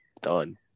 done